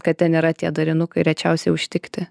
kad ten yra tie darinukai rečiausiai užtikti